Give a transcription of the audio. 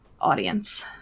audience